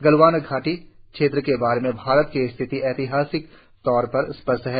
गलवान घाटी क्षेत्र के बारे में भारत की स्थिति ऐतिहासिक तौर पर स्पष्ट है